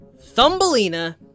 Thumbelina